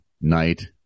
night